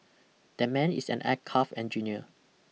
that man is an aircraft engineer